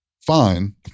fine